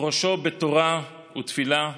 ראשו בתורה ותפילה,